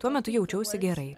tuo metu jaučiausi gerai